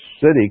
City